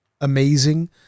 amazing